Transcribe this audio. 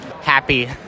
Happy